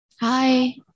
Hi